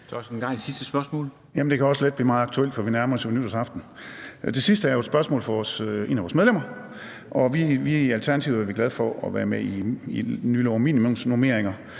det kan også let blive meget aktuelt, for vi nærmer os jo nytårsaften. Det sidste er et spørgsmål fra et af vores medlemmer. I Alternativet er vi glade for at være med i den nye lov om minimumsnormeringer.